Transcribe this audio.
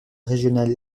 régional